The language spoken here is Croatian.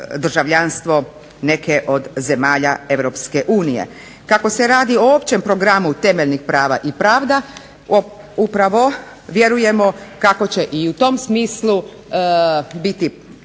državljanstvo neke od zemalja EU. Kako se radi o općem programu temeljnih prava i pravda upravo vjerujemo kako će i u tom smislu biti